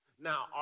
Now